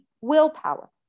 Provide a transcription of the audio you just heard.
willpower